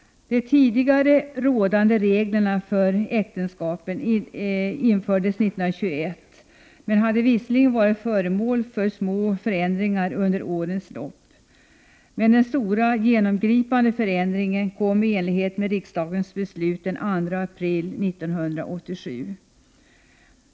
De tidigare rådande reglerna för äktenskap infördes 1921. De hade visserligen varit föremål för små förändringar under årens lopp, men den stora, genomgripande förändringen kom i enlighet med riksdagens beslut den 2 april 1987.